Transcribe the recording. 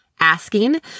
asking